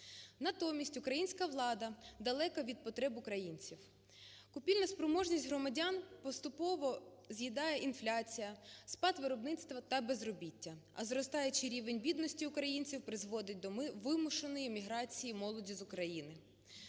Натомість українська влада далека від потреб українців. Купівельну спроможність громадян поступово з'їдає інфляція, спад виробництва та безробіття, а зростаючий рівень бідності українців призводить до вимушеної міграції молоді з України.